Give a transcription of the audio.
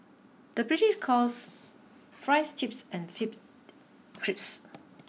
the British calls fries chips and chips crisps